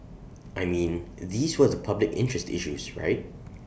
I mean these were the public interest issues right